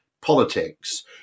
politics